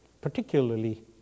particularly